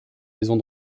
maisons